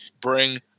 bring